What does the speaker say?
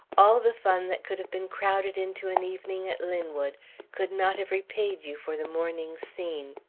all the fun that could have been crowded into an evening at linwood could not have repaid you for the morning's scene.